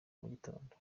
mugitondo